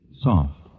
soft